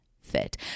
fit